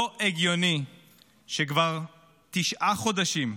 לא הגיוני שכבר תשעה חודשים,